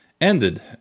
ended